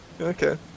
Okay